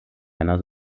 einer